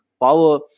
power